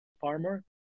farmer